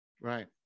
Right